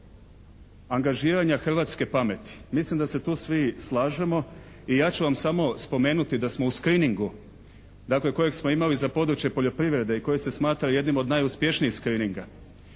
angažiranja hrvatske pameti. Mislim da se tu svi slažemo i ja ću vam samo spomenuti da smo u screeningu, dakle kojeg smo imali za područje poljoprivrede i koje se smatra jednim od najuspješnijih screeninga,